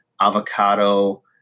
avocado